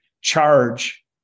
charge